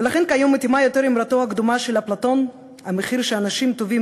ולכן כיום מתאימה יותר אמרתו הקדומה של אפלטון: "המחיר שאנשים טובים